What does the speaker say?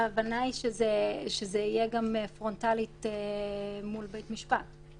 ההבנה שזה יהיה גם פרונטלית מול בית משפט.